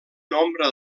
nombre